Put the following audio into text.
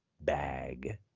bag